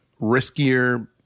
riskier